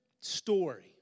story